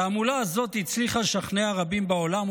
התעמולה הזאת הצליחה לשכנע רבים בעולם,